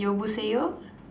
your